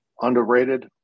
underrated